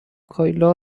کایلا